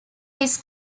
his